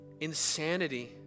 insanity